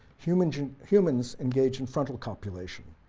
humans and humans engage in frontal copulation,